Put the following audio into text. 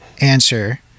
answer